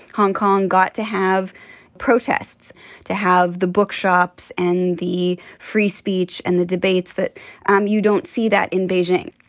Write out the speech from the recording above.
hong kong got to have protests to have the bookshops and the free speech and the debates, that um you don't see that in beijing.